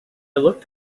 looked